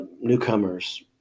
newcomers